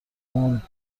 مون